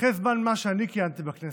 אחרי זמן מה שאני כיהנתי בכנסת,